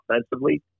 offensively